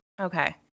Okay